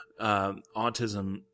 autism